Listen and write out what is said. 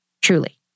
truly